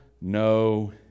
no